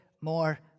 more